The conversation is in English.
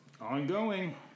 Ongoing